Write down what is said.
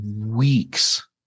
weeks